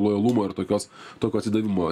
lojalumo ir tokios tokio atsidavimo